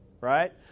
right